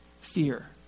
fear